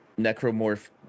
necromorph